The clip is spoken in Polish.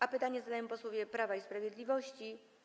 A pytanie zadają posłowie Prawa i Sprawiedliwości.